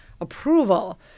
approval